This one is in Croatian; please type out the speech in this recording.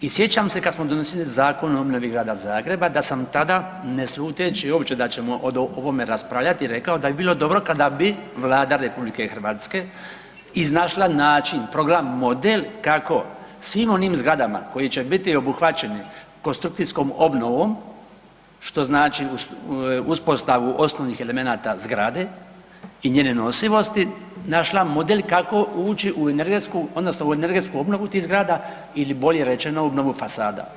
I sjećam se kad smo donosili Zakon o obnovi Grada Zagreba da sam tada ne sluteći uopće da ćemo o ovome raspravljati rekao da bi bilo dobro kada bi Vlada RH iznašla način i provela model kako svim onim zgradama koji će biti obuhvaćeni konstrukcijom obnovom, što znači uspostavu osnovnih elemenata zgrade i njene nosivosti, našla model kako ući u energetsku odnosno u energetsku obnovu tih zgrada ili bolje rečeno u obnovu fasada.